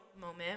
moment